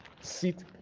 Sit